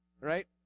right